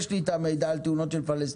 יש לי את המידע על תאונות של פלסטינים",